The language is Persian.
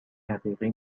حقیقی